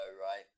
right